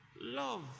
Love